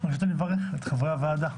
אני מברך את חברי הוועדה.